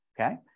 Okay